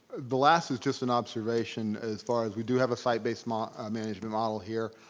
the last is just an observation as far as, we do have a site-based um um management model here.